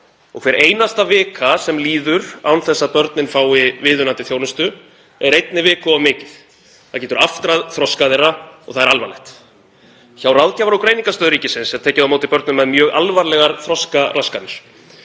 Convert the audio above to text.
og hver einasta vika sem líður án þess að börnin fái viðunandi þjónustu er einni viku of mikið. Það getur aftrað þroska þeirra og það er alvarlegt. Hjá Ráðgjafar- og greiningarstöð ríkisins er tekið á móti börnum með mjög alvarlegar þroskaraskanir.